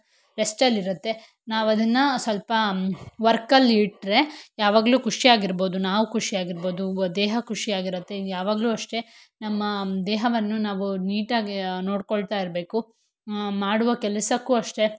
ರೆಸ್ಟಲ್ಲಿರುತ್ತೆ ನಾವು ಅದನ್ನು ಸ್ವಲ್ಪ ವರ್ಕಲ್ಲಿಟ್ಟ ಯಾವಾಗಲೂ ಖುಷಿಯಾಗಿರ್ಬೋದು ನಾವು ಖುಷಿಯಾಗಿರ್ಬೋದು ದೇಹ ಖುಷಿಯಾಗಿರುತ್ತೆ ಯಾವಾಗಲೂ ಅಷ್ಟೆ ನಮ್ಮ ದೇಹವನ್ನು ನಾವು ನೀಟಾಗಿ ನೋಡ್ಕೊಳ್ತಾ ಇರಬೇಕು ಮಾಡುವ ಕೆಲಸಕ್ಕೂ ಅಷ್ಟೆ